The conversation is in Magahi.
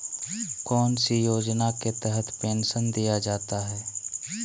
कौन सी योजना के तहत पेंसन दिया जाता है?